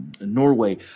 Norway